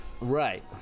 right